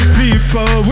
people